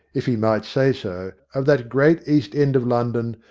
if he might say so, of that great east end of london,